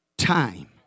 time